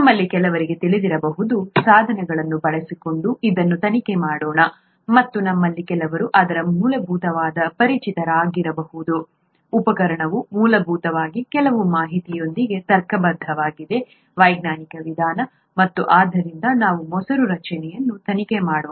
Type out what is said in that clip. ನಮ್ಮಲ್ಲಿ ಕೆಲವರಿಗೆ ತಿಳಿದಿರಬಹುದಾದ ಸಾಧನಗಳನ್ನು ಬಳಸಿಕೊಂಡು ಇದನ್ನು ತನಿಖೆ ಮಾಡೋಣ ಮತ್ತು ನಮ್ಮಲ್ಲಿ ಕೆಲವರು ಅದರ ಮೂಲಭೂತ ಪರಿಚಿತರಾಗಿರಬಹುದು ಉಪಕರಣವು ಮೂಲಭೂತವಾಗಿ ಕೆಲವು ಮಾಹಿತಿಯೊಂದಿಗೆ ತರ್ಕಬದ್ಧವಾಗಿದೆ ವೈಜ್ಞಾನಿಕ ವಿಧಾನ ಮತ್ತು ಆದ್ದರಿಂದ ನಾವು ಮೊಸರು ರಚನೆಯನ್ನು ತನಿಖೆ ಮಾಡೋಣ